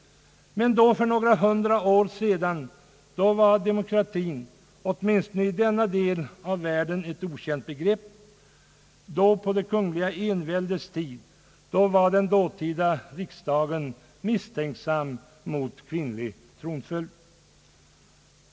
Men då, för några hundra år sedan, var demokratin åtminstone i denna del av världen ett okänt begrepp. På det kungliga enväldets tid var den dåvarande riksdagen misstänksam mot kvinnlig tronföljd.